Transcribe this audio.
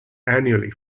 annually